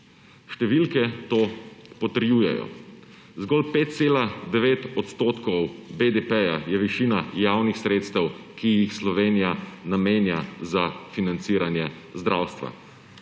Številke to potrjujejo. Zgolj 5,9 % BDP je višina javnih sredstev, ki jih Slovenija namenja za financiranje zdravstva.